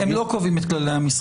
לא, הם לא קובעים את כללי המשחק.